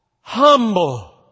humble